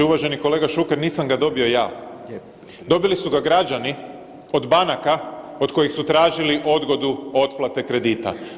Uvaženi kolega Šuker nisam ga dobio ja, dobili su ga građani od banaka od kojih su tražili odgodu otplate kredita.